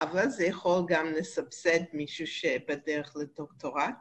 ‫אבל זה יכול גם לסבסד ‫מישהו שבדרך לדוקטורט